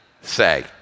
say